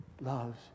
loves